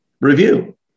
review